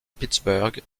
pittsburgh